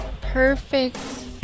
Perfect